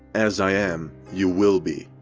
as i am, you will be.